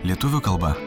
lietuvių kalba